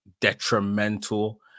detrimental